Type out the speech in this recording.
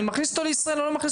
אני מכניס אותו לישראל או לא?